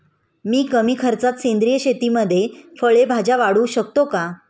मी कमी खर्चात सेंद्रिय शेतीमध्ये फळे भाज्या वाढवू शकतो का?